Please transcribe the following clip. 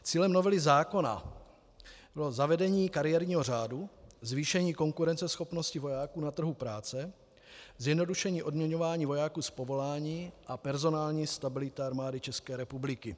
Cílem novely zákona bylo zavedení kariérního řádu, zvýšení konkurenceschopnosti vojáků na trhu práce, zjednodušení odměňování vojáků z povolání a personální stabilita Armády České republiky.